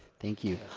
thank you.